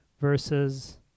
versus